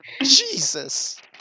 Jesus